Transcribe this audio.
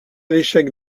l’échec